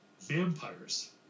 Vampires